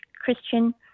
Christian